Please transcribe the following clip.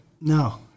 No